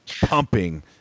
pumping